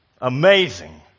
Amazing